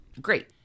Great